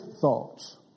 thoughts